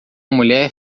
mulher